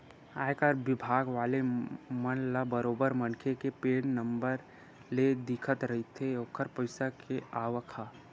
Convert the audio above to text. आयकर बिभाग वाले मन ल बरोबर मनखे के पेन नंबर ले दिखत रहिथे ओखर पइसा के आवक ह